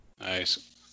nice